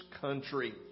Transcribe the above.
country